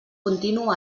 continu